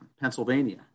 Pennsylvania